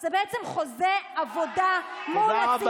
מדע,